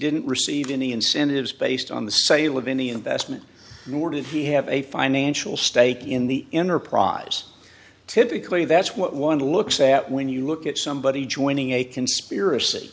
didn't receive any incentives based on the sale of any investment nor did he have a financial stake in the enterprise typically that's what one looks at when you look at somebody joining a conspiracy